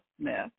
Smith